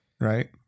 right